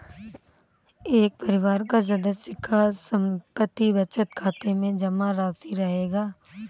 एक परिवार का सदस्य एक समर्पित बचत खाते में जमा राशि रखेगा